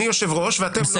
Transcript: אני יושב-ראש ואתם לא.